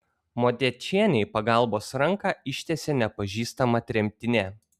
motiečienei pagalbos ranką ištiesė nepažįstama tremtinė